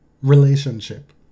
relationship